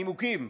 הנימוקים: